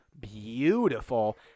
beautiful